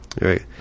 right